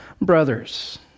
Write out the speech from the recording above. brothers